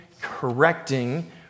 correcting